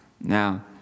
Now